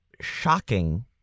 shocking